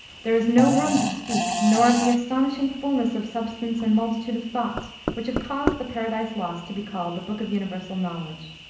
there is no room to speak, nor of the astonishing fullness of substance and multitude of thoughts which have caused the paradise lost to be called the book of universal knowledge.